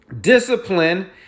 discipline